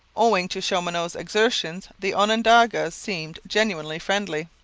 owing to chaumonot's exertions the onondagas seemed genuinely friendly.